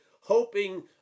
hoping